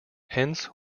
hence